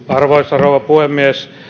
arvoisa rouva puhemies